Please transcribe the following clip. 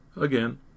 Again